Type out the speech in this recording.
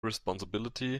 responsibility